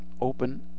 open